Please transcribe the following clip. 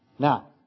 Now